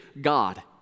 god